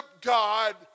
God